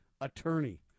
attorney